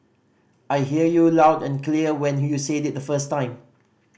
I hear you loud and clear when you said it the first time